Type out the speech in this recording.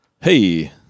Hey